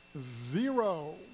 Zero